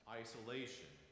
isolation